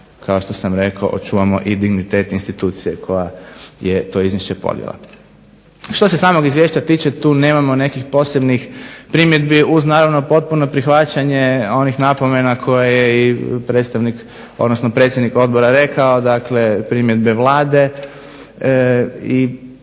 kao što sam rekao očuvamo i dignitet institucije koja je to izvješće podnijela. Što se samog izvješća tiče tu nemamo nekih posebnih primjedbi uz naravno potpuno prihvaćanje onih napomena koje je i predstavnik, odnosno predsjednik odbora rekao, dakle primjedbe Vlade i svega